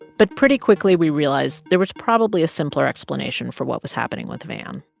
but pretty quickly, we realized there was probably a simpler explanation for what was happening with van.